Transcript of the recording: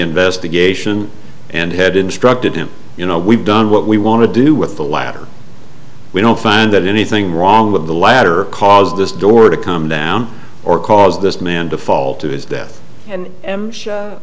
investigation and had instructed him you know we've done what we want to do with the latter we don't find that anything wrong with the latter because this door to come down or cause this man to fall to his death and